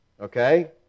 Okay